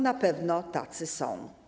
Na pewno tacy są.